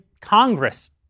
Congress